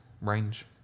range